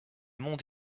monde